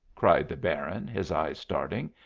cried the baron, his eyes starting.